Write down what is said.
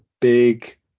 big